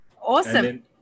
Awesome